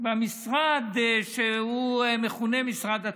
במשרד שמכונה "משרד התפוצות".